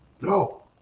No